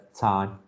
time